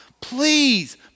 Please